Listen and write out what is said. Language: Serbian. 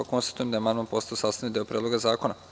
Konstatujem da je amandman postao sastavni deo Predloga zakona.